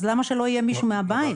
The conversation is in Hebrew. אז למה שזה לא יהיה מישהו מהבית?